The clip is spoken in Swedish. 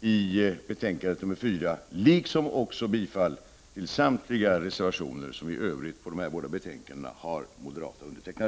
vid betänkande 4 liksom bifall till samtliga reservationer i övrigt till de båda betänkandena som har moderata undertecknare.